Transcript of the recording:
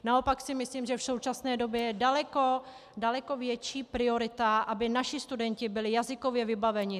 Naopak si myslím, že v současné době je daleko větší priorita, aby naši studenti byli jazykově vybaveni.